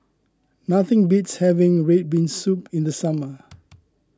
nothing beats having Red Bean Soup in the summer